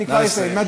אני כבר מסיים.